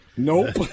Nope